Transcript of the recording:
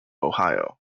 ohio